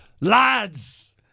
lads